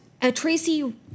Tracy